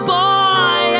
boy